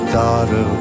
daughter